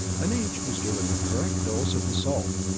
and each was given the correct dose of the salt.